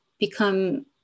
become